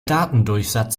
datendurchsatz